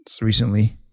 Recently